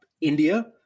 India